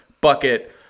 bucket